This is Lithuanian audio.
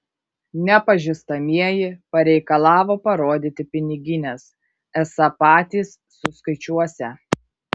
nepažįstamieji pareikalavo parodyti pinigines esą patys suskaičiuosią